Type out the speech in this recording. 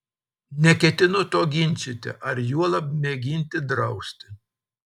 neketinu to ginčyti ar juolab mėginti drausti